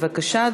בבקשה,